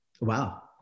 Wow